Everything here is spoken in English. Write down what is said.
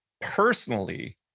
personally